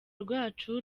rwacu